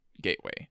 gateway